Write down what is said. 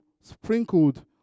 sprinkled